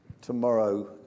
tomorrow